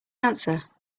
answer